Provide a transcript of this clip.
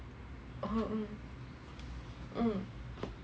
oh mm